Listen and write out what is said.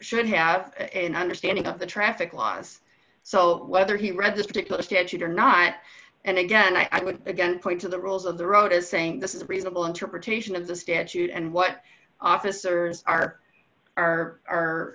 should have understanding of the traffic laws so whether he read this particular statute or not and again i would again point to the rules of the road as saying this is a reasonable interpretation of the statute and what officers are are are